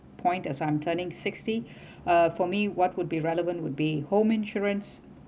point as I'm turning sixty uh for me what would be relevant would be home insurance